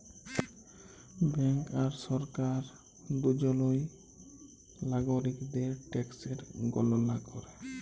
bank আর সরকার দুজলই লাগরিকদের ট্যাকসের গললা ক্যরে